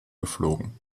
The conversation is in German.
geflogen